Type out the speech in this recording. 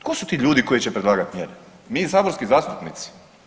Tko su ti ljudi koji će predlagati mjere, mi saborski zastupnici?